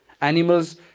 Animals